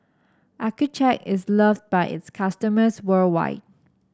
Accucheck is love by its customers worldwide